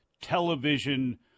television